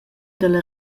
dalla